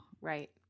Right